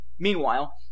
Meanwhile